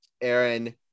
Aaron